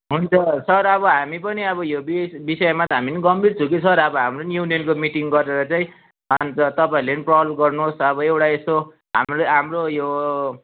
हुन्छ सर अब हामी पनि अब यो बी विषयमा त हामी पनि गम्भीर छौँ कि सर हाम्रो नि युनियनको मिटिङ गरेर चाहिँ अन्त तपाईँहरूले पनि पहल गर्नुहोस् अब एउटा यसो हाम्रो हाम्रो यो